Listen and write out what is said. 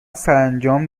سرانجام